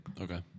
okay